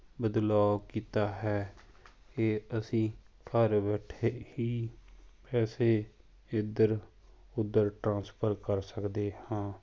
ਬਦਲਾਉ ਕੀਤਾ ਹੈ ਕਿ ਅਸੀਂ ਘਰ ਬੈਠੇ ਹੀ ਪੈਸੇ ਇੱਧਰ ਉੱਧਰ ਟਰਾਂਸਫਰ ਕਰ ਸਕਦੇ ਹਾਂ